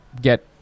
get